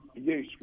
yes